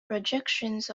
projections